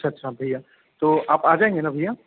अच्छा अच्छा भैया तो आप आ जाएंगे ना भैया